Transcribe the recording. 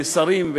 שרים,